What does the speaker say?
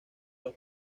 los